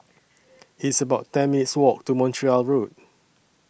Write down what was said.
It's about ten minutes' Walk to Montreal Road